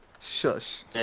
Shush